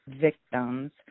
victims